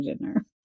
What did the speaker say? dinner